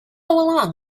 along